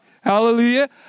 Hallelujah